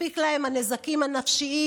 מספיקים להם הנזקים הנפשיים.